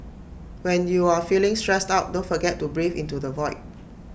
when you are feeling stressed out don't forget to breathe into the void